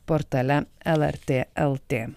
portale lrt lt